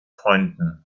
freunden